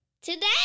Today